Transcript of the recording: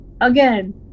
Again